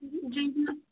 হুম যেইগুলো